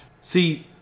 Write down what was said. See